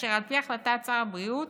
כאשר על פי החלטת שר הבריאות